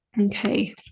okay